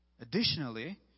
Additionally